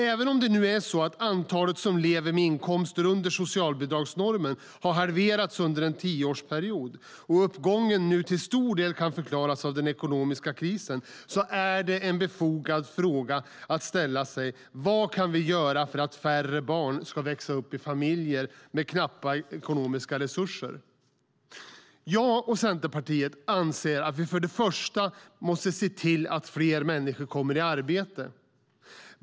Även om antalet som lever med inkomster under socialbidragsnormen har halverats under en tioårsperiod och uppgången nu till stor del kan förklaras av den ekonomiska krisen är det befogat att fråga sig vad vi kan göra för att färre barn ska växa upp i familjer med knappa ekonomiska resurser. Jag och Centerpartiet anser att vi för det första måste se till att fler människor kommer i arbete.